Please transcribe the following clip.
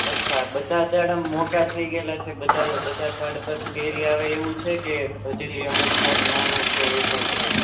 અચ્છા બધા ઝાડ આમ મોટા થઈ ગયેલા છે બધા બધા ઝાડ પર કેરી આવે એવું છે કે હજરી અમુક ઝાડ નાના છે એવું કાંઈ છે